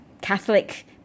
Catholic